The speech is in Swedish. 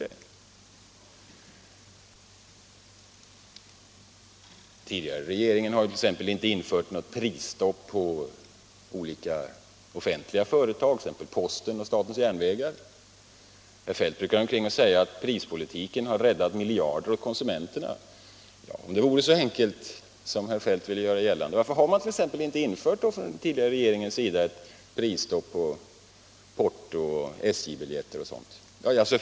Den tidigare regeringen har t.ex. inte infört något prisstopp på olika offentliga företag, såsom Posten och statens järnvägar. Herr Feldt brukar säga att prispolitiken har räddat miljarder åt konsumenterna. Om det vore så enkelt, varför har den tidigare regeringen då inte infört ett prisstopp på porton, SJ-biljetter och sådant?